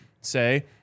say